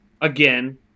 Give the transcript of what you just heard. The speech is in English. again